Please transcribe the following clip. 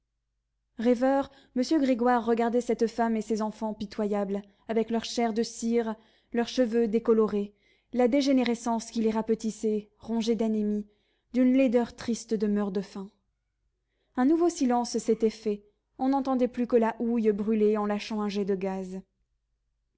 rêveur m grégoire regardait cette femme et ces enfants pitoyables avec leur chair de cire leurs cheveux décolorés la dégénérescence qui les rapetissait rongés d'anémie d'une laideur triste de meurt-de-faim un nouveau silence s'était fait on n'entendait plus que la houille brûler en lâchant un jet de gaz